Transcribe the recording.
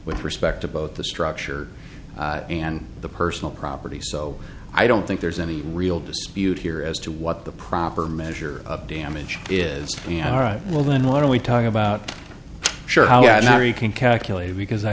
with respect to both the structure and the personal property so i don't think has any real dispute here as to what the proper measure of damage is alright well then what are we talking about sure how are you can calculate because i